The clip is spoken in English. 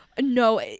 No